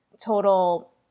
total